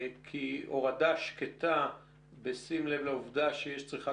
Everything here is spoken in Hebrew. כי הורדה שקטה בשים לב לעובדה שיש צריכת